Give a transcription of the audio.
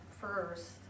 first